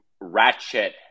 ratchet